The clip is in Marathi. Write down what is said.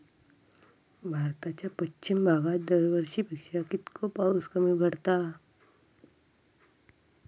भारताच्या पश्चिम भागात दरवर्षी पेक्षा कीतको पाऊस कमी पडता?